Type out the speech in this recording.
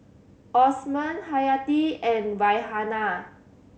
Osman Hayati and Raihana